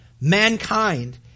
mankind